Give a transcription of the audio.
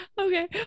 Okay